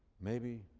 maybe,